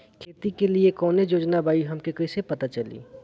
खेती के लिए कौने योजना बा ई हमके कईसे पता चली?